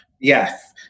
Yes